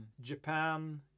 Japan